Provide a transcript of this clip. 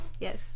Yes